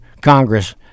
Congress